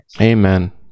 amen